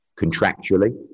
contractually